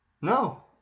No